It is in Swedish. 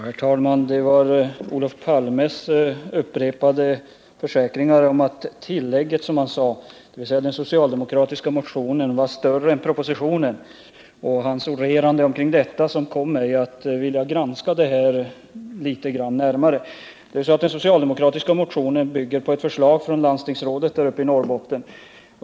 Herr talman! Olof Palmes upprepade försäkringar om att tillägget, som han sade, dvs. den socialdemokratiska motionen, innehöll ett större program för Norrbotten än propositionen och hans orerande kring detta kom mig att vilja granska detta litet närmare. Den socialdemokratiska motionen bygger på ett förslag från landstingsrådet i Norrbotten.